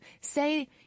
Say